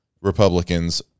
Republicans